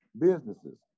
businesses